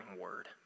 word